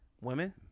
Women